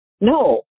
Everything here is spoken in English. No